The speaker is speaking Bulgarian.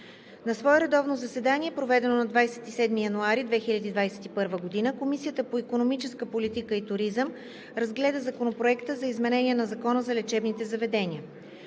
На свое редовно заседание, проведено на 27 януари 2021 г., Комисията по икономическа политика и туризъм разгледа Законопроекта за изменение на Закона за лечебните заведения.